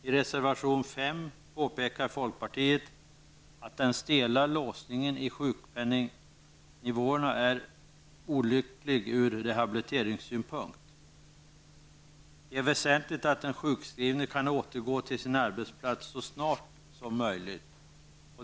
I reservation 5 påpekar folkpartiet att den stela låsningen i sjukpenningnivåerna är olycklig ur rehabiliteringssynpunkt. Det är väsentligt att den sjukskrivne kan återgå till sin arbetsplats så snart som möjligt.